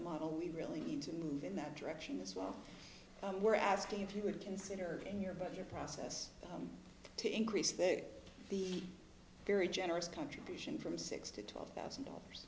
model we really need to move in that direction as well we're asking if you would consider in your budget process to increase that the very generous contribution from six to twelve thousand dollars